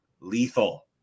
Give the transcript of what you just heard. lethal